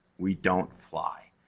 we don't fly.